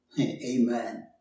Amen